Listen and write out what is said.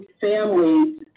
families